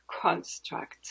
construct